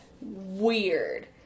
weird